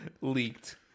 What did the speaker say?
leaked